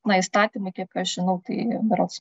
na įstatymai kiek aš žinau tai berods